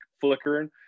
flickering